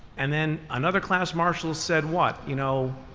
and then another class marshals said what? you know,